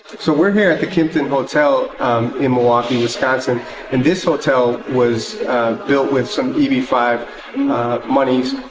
so we are here at the kimpton hotel in milwaukee wisconsin and this hotel was built with some eb five monies,